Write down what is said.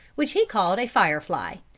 which he called a fire-fly,